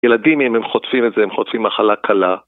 ילדים, אם הם חוטפים את זה, הם חוטפים מחלה קלה